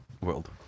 world